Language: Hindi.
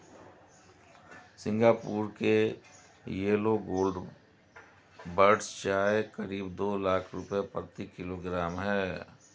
सिंगापुर की येलो गोल्ड बड्स चाय करीब दो लाख रुपए प्रति किलोग्राम है